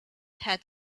had